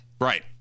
Right